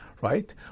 right